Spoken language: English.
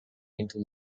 into